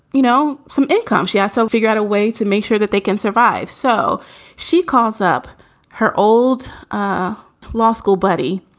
you know, some income. she also figure out a way to make sure that they can survive. so she calls up her old ah law school buddy,